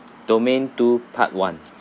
domain two part one